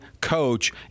coach